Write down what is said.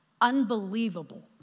unbelievable